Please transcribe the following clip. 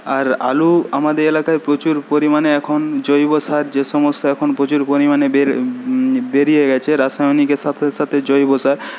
আর আলু আমাদের এলাকায় প্রচুর পরিমাণে এখন জৈব সার যে সমস্যা এখন প্রচুর পরিমাণে বেরিয়ে গেছে রাসায়নিকের সাথে সাথে জৈব সার